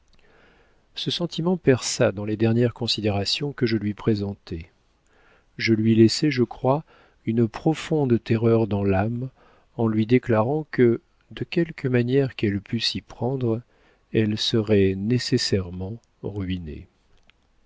ce sentiment perça dans les dernières considérations que je lui présentai je lui laissai je crois une profonde terreur dans l'âme en lui déclarant que de quelque manière qu'elle pût s'y prendre elle serait nécessairement ruinée